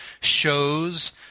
shows